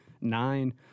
nine